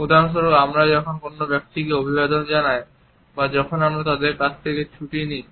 উদাহরণস্বরূপ আমরা যখন অন্য ব্যক্তিকে অভিবাদন জানাই বা যখন আমরা তাদের কাছ থেকে ছুটি নিই